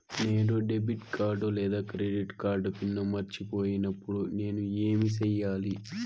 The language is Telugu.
నేను డెబిట్ కార్డు లేదా క్రెడిట్ కార్డు పిన్ మర్చిపోయినప్పుడు నేను ఏమి సెయ్యాలి?